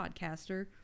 podcaster